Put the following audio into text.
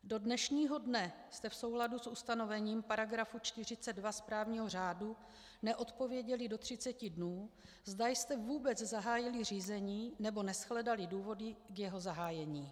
Do dnešního dne jste v souladu s ustanovením § 42 správního řádu neodpověděli do 30 dnů, zda jste vůbec zahájili řízení nebo neshledali důvody k jeho zahájení.